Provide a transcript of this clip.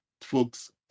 folks